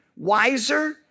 wiser